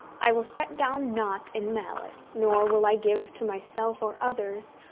i will set down naught in malice nor will i give to myself, or others,